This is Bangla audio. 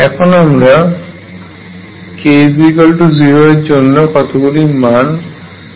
এখন আমরা k0 এর জন্য কতগুলি মান নির্ণয়ের চেষ্টা করব